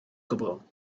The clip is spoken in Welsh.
gwbl